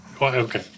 Okay